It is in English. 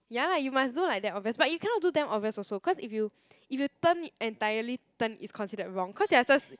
ya lah you must do like that obvious but you cannot do damn obvious also cause if you if you turn it entirely turn is considered wrong cause they are just